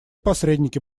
посредники